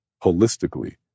holistically